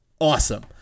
awesome